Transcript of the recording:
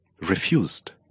refused